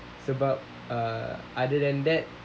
it's about err other than that